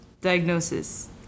diagnosis